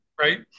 right